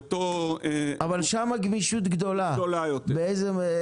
אבל שם הגמישות גדולה יותר,